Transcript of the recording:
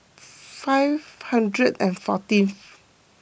five hundred and fourteenth